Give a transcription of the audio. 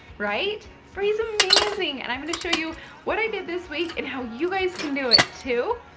right? free is amazing. and i'm going to show you what i did this week and how you guys can do it, too.